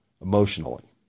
emotionally